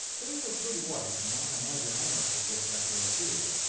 they were pretty white, and i imagine i must have looked that way too.